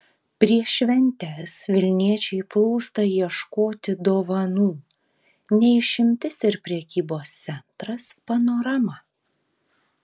prieš šventes vilniečiai plūsta ieškoti dovanų ne išimtis ir prekybos centras panorama